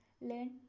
learn